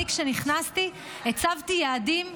כשנכנסתי הצבתי יעדים,